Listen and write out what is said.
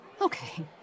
Okay